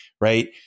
right